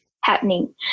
happening